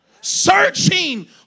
Searching